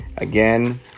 Again